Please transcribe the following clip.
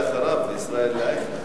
אם כך, חברת הכנסת ציפי חוטובלי.